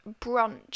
brunch